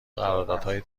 قراردادهای